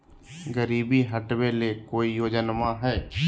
गरीबी हटबे ले कोई योजनामा हय?